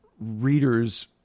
readers